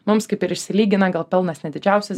mums kaip ir išsilygina gal pelnas ne didžiausias